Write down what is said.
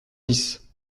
bis